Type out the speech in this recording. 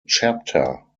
chapter